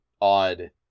odd